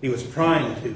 he was trying to